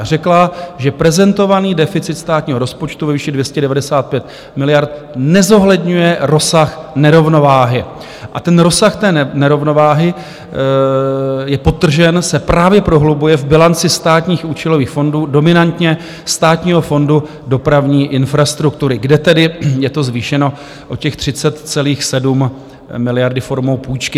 Řekla, že prezentovaný deficit státního rozpočtu ve výši 295 miliard nezohledňuje rozsah nerovnováhy, a ten rozsah té nerovnováhy je podtržen, právě se prohlubuje v bilanci státních účelových fondů, dominantně Státního fondu dopravní infrastruktury, kde tedy je to zvýšeno o těch 30,7 miliardy formou půjčky.